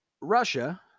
Russia